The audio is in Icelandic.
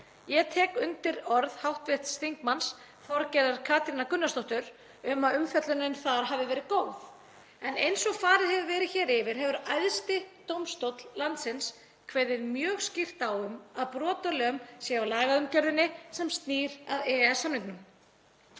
Ég tek undir orð hv. þm. Þorgerðar Katrínar Gunnarsdóttur um að umfjöllunin hafi verið góð, en eins og farið hefur verið hér yfir hefur æðsti dómstóll landsins kveðið mjög skýrt á um að brotalöm sé á lagaumgjörðinni sem snýr að EES-samningnum.